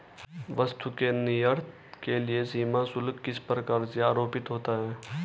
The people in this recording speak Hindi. वस्तु के निर्यात के लिए सीमा शुल्क किस प्रकार से आरोपित होता है?